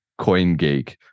CoinGeek